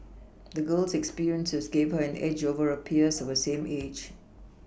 the girl's experiences gave her an edge over her peers of the same age